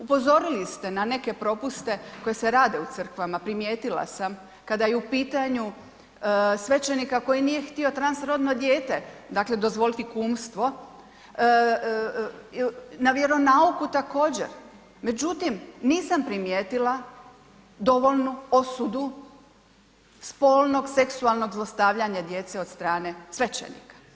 Upozorili ste na neke propuste koje se rade u crkvama, primijetila sam kada je u pitanju, svećenika koji nije htio transrodno dijete, dakle, dozvoliti kumstvo, na vjeronauku također, međutim, nisam primijetila dovoljnu osudu, spolnu, seksualnog zlostavljanja djece od strane svećenika.